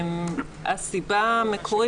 הסיבה המקורית,